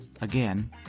again